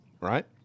right